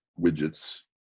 widgets